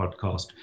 podcast